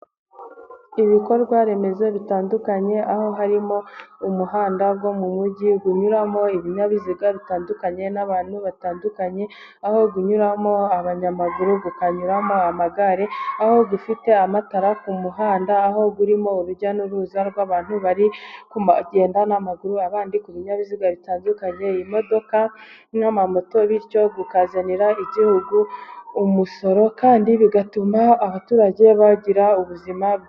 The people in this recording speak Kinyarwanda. Ibikorwa remezo bitandukanye aho harimo umuhanda wo mu mujyi unyuramo ibinyabiziga bitandukanye n'abantu batandukanye, aho unyuramo abanyamaguru ukanyuramo amagare, aho ufite amatara ku muhanda aho urimo urujya n'uruza rw'abantu bari kugenda n'amaguru abandi ku binyabiziga bitandukanye imodoka, n'amamoto, bityo ukazanira igihugu umusoro kandi bigatuma abaturage bagira ubuzima bwiza.